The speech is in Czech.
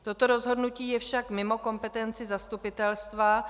Toto rozhodnutí je však mimo kompetenci zastupitelstva.